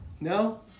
No